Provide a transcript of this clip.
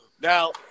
Now –